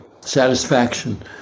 satisfaction